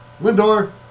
Lindor